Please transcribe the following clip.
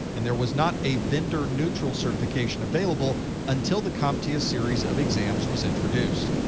and there was not a vendor neutral certification available until the comptia series of exams was introduced.